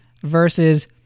Versus